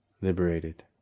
liberated